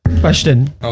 question